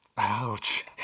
Ouch